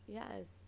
yes